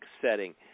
setting